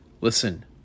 Listen